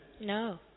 No